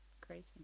Crazy